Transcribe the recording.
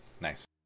Nice